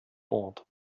board